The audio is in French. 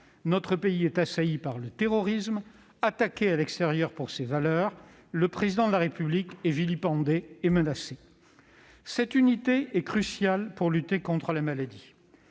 Notre pays est assailli par le terrorisme, attaqué à l'extérieur pour ses valeurs ; le Président de la République est vilipendé et menacé. Cette unité est cruciale pour lutter contre la maladie,